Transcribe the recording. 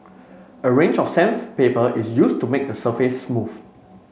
a range of sandpaper is used to make the surface smooth